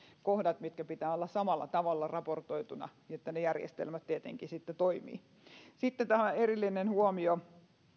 kohdat joiden pitää olla samalla tavalla raportoituna että ne järjestelmät tietenkin sitten toimivat sitten tämä erillinen huomio